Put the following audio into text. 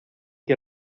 que